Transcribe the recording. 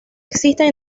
existen